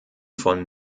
von